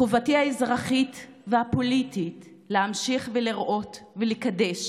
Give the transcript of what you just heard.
חובתי האזרחית והפוליטית להמשיך לראות ולקדש